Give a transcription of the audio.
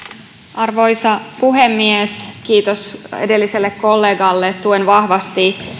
arvoisa puhemies kiitos edelliselle kollegalle tuen vahvasti